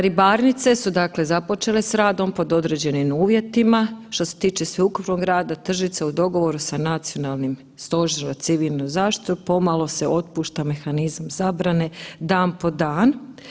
Ribarnice su započele s radom pod određenim uvjetima, što se tiče sveukupnog rada tržnice u dogovoru na Nacionalnim stožerom za civilnu zaštitu, pomalo se otpušta mehanizam zabrane dan po dan.